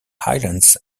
highlands